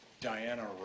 Diana